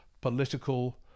political